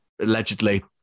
allegedly